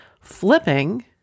flipping